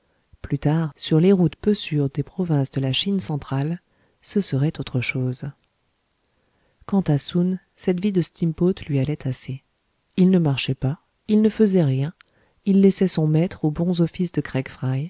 plus tard sur les routes peu sûres des provinces de la chine centrale ce serait autre chose quant à soun cette vie de steamboat lui allait assez il ne marchait pas il ne faisait rien il laissait son maître aux bons offices de